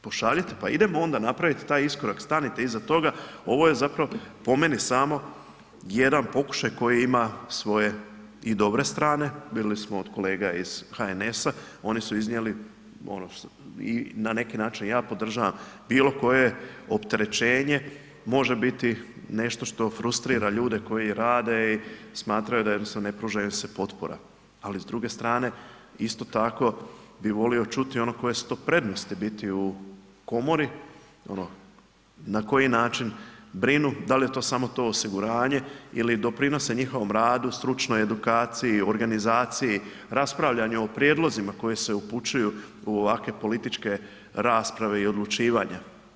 Pošaljite pa idemo onda napraviti taj iskorak, stanite iza toga, ovo je zapravo po meni samo jedan pokušaj koji ima svoje i dobre strane, vidjeli smo od kolega iz HNS-a, oni su iznijeli ono što i na neki način ja podržavam, bilokoje opterećenje može biti nešto što frustrira ljude koji rade i smatraju da jednostavno ne pruža im se potpora ali s druge strane isto tako bi volio čuti ono koje su to prednosti biti u komori, ono na koji način brinu, dal je to samo to osiguranje ili doprinose njihovom radu stručnoj edukaciji, organizaciji, raspravljanju o prijedlozima koji se upućuju u ovakve političke rasprave i odlučivanje.